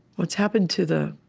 what's happened to the